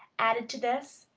added to this,